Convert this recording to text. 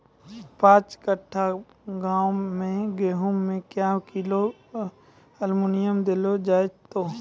पाँच कट्ठा गांव मे गेहूँ मे क्या किलो एल्मुनियम देले जाय तो?